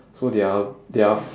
so they are they are f~